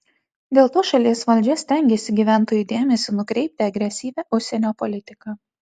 dėl to šalies valdžia stengiasi gyventojų dėmesį nukreipti agresyvia užsienio politika